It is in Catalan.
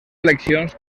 eleccions